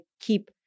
keep